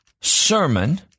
sermon